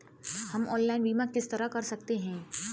हम ऑनलाइन बीमा किस तरह कर सकते हैं?